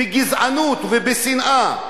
בגזענות ובשנאה,